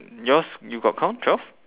yours you got count twelve